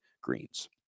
Greens